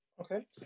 Okay